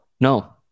No